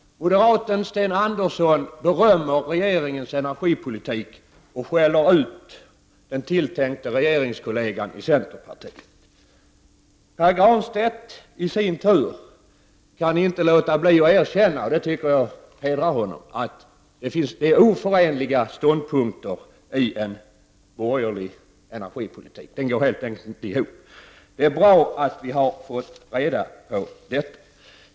Moderaten Sten Andersson i Malmö berömmer regeringens energipolitik och skäller ut den tilltänkte regeringskollegan i centerpartiet. Pär Granstedt i sin tur kan inte låta bli att erkänna, vilket hedrar honom, att det finns oförenliga ståndpunkter inom den borgerliga energipolitiken, den går helt enkelt inte ihop. Det är bra att vi har fått reda på detta.